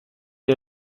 est